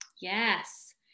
Yes